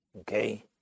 okay